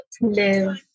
live